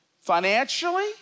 financially